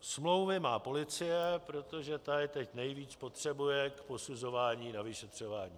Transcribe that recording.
Smlouvy má policie, protože ta je teď nejvíc potřebuje k posuzování na vyšetřování.